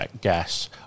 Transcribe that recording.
gas